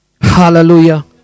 Hallelujah